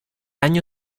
año